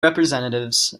representatives